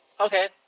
Okay